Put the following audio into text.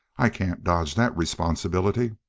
i can't dodge that responsibility!